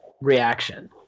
reaction